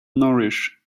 nourish